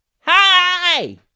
Hi